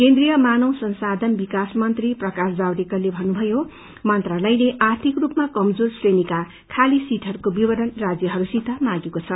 केन्द्रीय मानव संसाथन विकास मंत्री प्रकाश जावेडकरले भन्नुभयो मंत्रालयले आर्थिक रूपमा कमजोर श्रेणीका खालि सीटहरूको विवरण राज्यहस्सित माँगेको छ